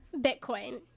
Bitcoin